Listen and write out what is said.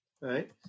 right